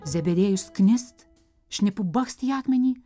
zebediejus knist šnipu bakst į akmenį